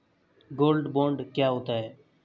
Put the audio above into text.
Gold bond क्या होता है?